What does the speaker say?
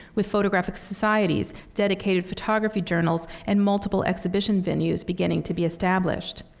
with photographic societies, dedicated photography journals, and multiple exhibition venues beginning to be established.